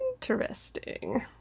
Interesting